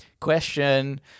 question